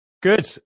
Good